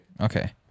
Okay